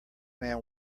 man